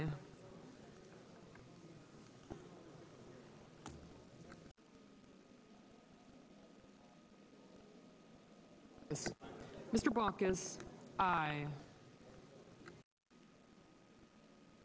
am